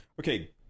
Okay